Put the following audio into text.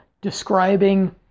describing